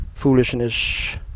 foolishness